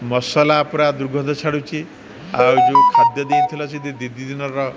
ମସଲା ପୁରା ଦୁର୍ଗନ୍ଧ ଛାଡ଼ୁଛି ଆଉ ଯେଉଁ ଖାଦ୍ୟ ଦେଇଥିଲ ସେ ଦୁଇ ଦିନର